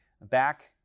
back